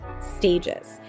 stages